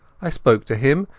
i spoke to him,